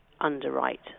underwrite